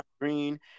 Green